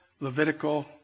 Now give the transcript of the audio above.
Levitical